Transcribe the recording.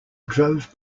drove